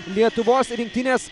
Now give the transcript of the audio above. lietuvos rinktinės